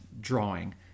drawing